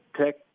Tech